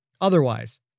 Otherwise